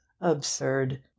absurd